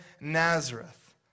Nazareth